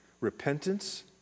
repentance